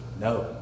no